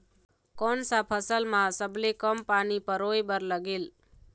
कोन सा फसल मा सबले कम पानी परोए बर लगेल?